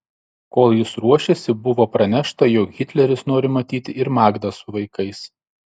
kol jis ruošėsi buvo pranešta jog hitleris nori matyti ir magdą su vaikais